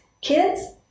Kids